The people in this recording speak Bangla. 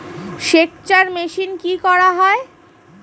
সেকচার মেশিন কি করা হয়?